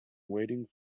waiting